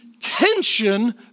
tension